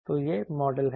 तो यह मॉडल है